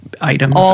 items